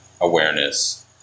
awareness